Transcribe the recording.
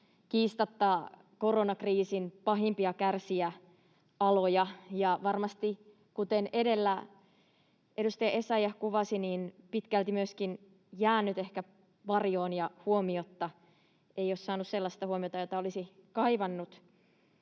kiistatta koronakriisin pahimpia kärsijäaloja ja varmasti, kuten edellä edustaja Essayah kuvasi, pitkälti myöskin jäänyt ehkä varjoon ja huomiotta, ei ole saanut sellaista huomiota, jota olisi kaivannut.